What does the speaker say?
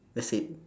that's it